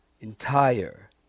Entire